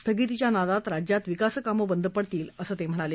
स्थगितीच्या नादात राज्यात विकासकामं बंद पडतील असं ते म्हणाले